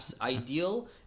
ideal